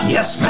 Yes